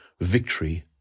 Victory